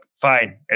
fine